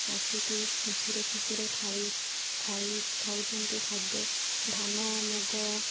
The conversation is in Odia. ଆସିକି ଖୁସିରେ ଖୁସିରେ ଖାଇ ଖାଇ ଖାଉଛନ୍ତି ଖାଦ୍ୟ ଧାନ ମୁଗ